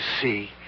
see